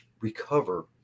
recover